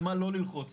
על מה לא ללחוץ.